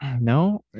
No